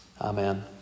Amen